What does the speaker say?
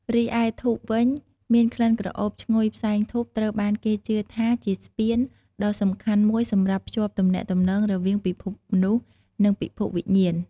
រីឯ ធូប វិញ មានក្លិនក្រអូបឈ្ងុយផ្សែងធូបត្រូវបានគេជឿថាជា ស្ពាន ដ៏សំខាន់មួយសម្រាប់ភ្ជាប់ទំនាក់ទំនងរវាងពិភពមនុស្ស និងពិភពវិញ្ញាណ។